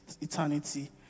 eternity